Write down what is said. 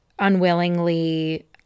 unwillingly